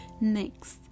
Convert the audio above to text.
next